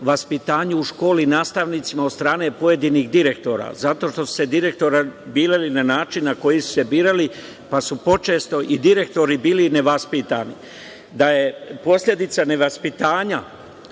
vaspitanju u školi i nastavnicima od strane pojedinih direktora, zato što su se direktori birali na način na koji su se birali, pa su počesto i direktori bili nevaspitani. Da je posledica nevaspitanja